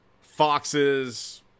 foxes